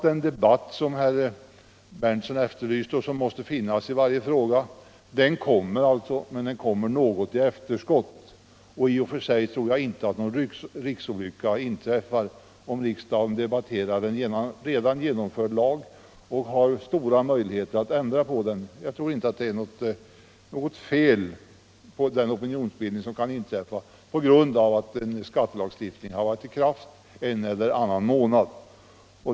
Den debatt som herr Berndtson efterlyste — och som måste föras i varje fråga — kommer, men något i efterskott. I och för sig tror jag inte att någon riksolycka inträffar om riksdagen debatterar en redan genomförd lag och har stora möjligheter att ändra på den. Jag tror inte att det blir något fel på opinionsbildningen därför att en skattelagstiftning har varit i kraft en eller annan månad.